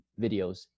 videos